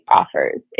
offers